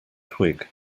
twig